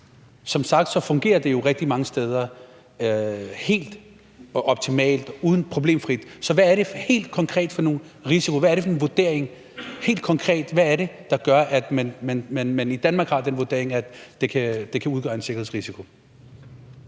Som sagt fungerer det jo rigtig mange steder helt optimalt og problemfrit. Så hvad er det helt konkret for nogle risici, der er? Hvad er det helt konkret, der gør, at man i Danmark har den vurdering, at det kan udgøre en sikkerhedsrisiko?